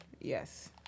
Yes